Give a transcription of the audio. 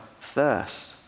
thirst